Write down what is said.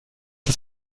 das